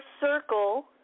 circle